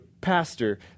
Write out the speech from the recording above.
pastor